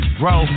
bro